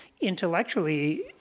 intellectually